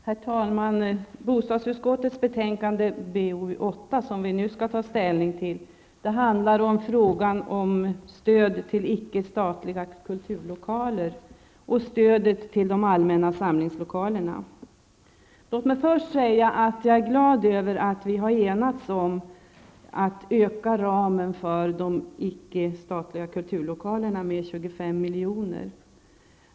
Herr talman! Bostadsutskottets betänkande 8, som vi nu skall ta ställning till, handlar om stöd till icke statliga kulturlokaler och stöd till de allmänna samlingslokalerna. Låt mig först säga att jag är glad över att vi har enats om att öka ramen för de icke statliga kulturlokalerna med 25 miljoner.